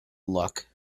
luck